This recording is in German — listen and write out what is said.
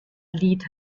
lied